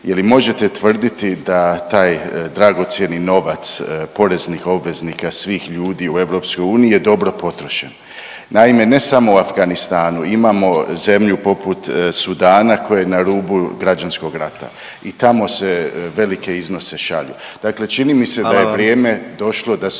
možete tvrditi da taj dragocjeni novac poreznih obveznika svih ljudi u EU je dobro potrošen. Naime, ne samo u Afganistanu, imamo zemlju poput Sudana koja je na rubu građanskog rata i tamo se velike iznose šalju.